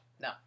No